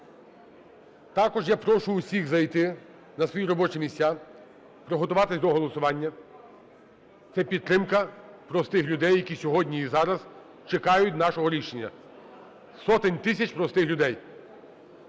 Також я прошу всіх зайти на свої робочі місця, приготуватись до голосування. Це підтримка простих людей, які сьогодні і зараз чекають нашого рішення, сотень тисяч простих людей.